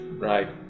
right